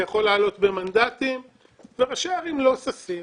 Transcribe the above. זה יכול לעלות במנדטים וראשי הערים לא ששים לכך.